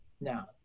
now